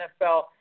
NFL